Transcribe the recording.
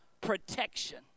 protection